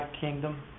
kingdom